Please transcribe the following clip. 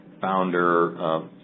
Founder